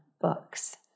books